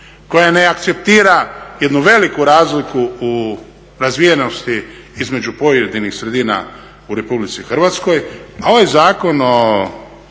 koja ne akceptira jednu veliku razliku u razvijenosti između pojedinih sredina u Republici Hrvatskoj, a ovaj Zakon o